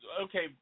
okay